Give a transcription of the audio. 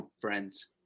Friends